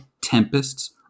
tempests